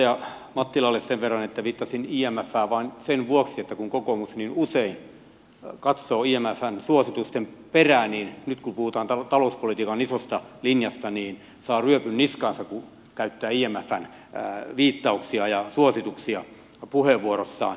edustaja mattilalle sen verran että viittasin imfään vain sen vuoksi että kokoomus niin usein katsoo imfn suositusten perään ja nyt kun puhutaan talouspolitiikan isosta linjasta saa ryöpyn niskaansa kun käyttää imfn viittauksia ja suosituksia puheenvuorossaan